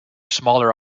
smaller